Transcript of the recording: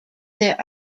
there